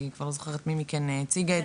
אני לא זוכרת מי מכן הציגה את זה.